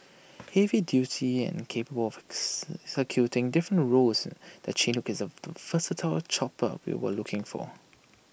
heavy duty and capable of different roles the Chinook is the versatile chopper we were looking for